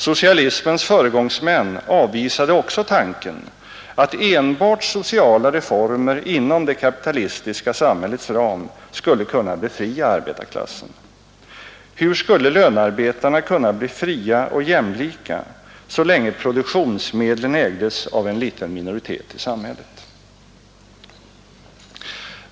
Socialismens föregångsmän avvisade också tanken att enbart sociala reformer inom det kapitalistiska samhällets ram skulle kunna befria arbetarklassen. Hur skulle lönarbetarna kunna bli fria och jämlika så länge produktionsmedlen ägdes av en liten minoritet i samhället?